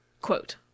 Quote